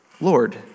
Lord